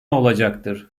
olacaktır